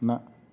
نہَ